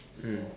mm